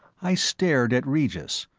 i stared at regis,